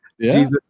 jesus